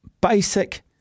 basic